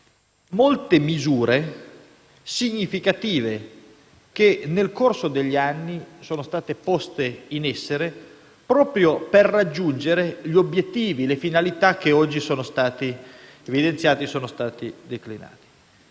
molte misure significative che, nel corso degli anni, sono state adottate proprio per raggiungere gli obiettivi e le finalità che oggi sono state evidenziati e declinati.